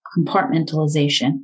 compartmentalization